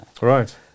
Right